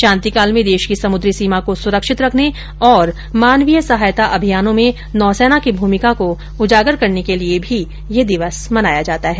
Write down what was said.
शांतिकाल में देश की समुद्री सीमा को सुरक्षित रखने और मानवीय सहायता अभियानों में नौसेना की भूमिका को उजागर करने के लिए भी यह दिवस मनाया जाता है